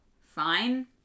fine